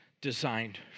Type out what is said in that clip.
designed